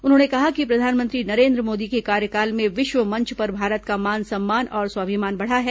उन्होंने कहा कि प्रधानमंत्री नरेन्द्र मोदी के कार्यकाल में विश्व मंच पर भारत का मान सम्मान और स्वाभिमान बढ़ा है